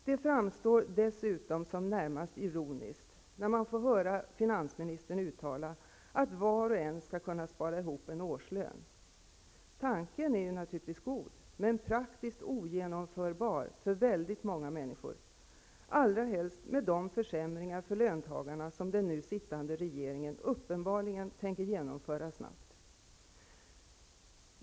Det framstår dessutom som närmast ironiskt att få höra finansministern uttala att var och en skall kunna spara ihop en årslön. Tanken är naturligtvis god, men praktiskt ogenomförbar för väldigt många människor -- allra helst med de försämringar för löntagarna som den nu sittande regeringen uppenbarligen tänker genomföra snabbt.